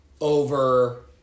over